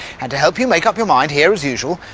and to help you make up your mind, here as usual,